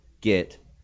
get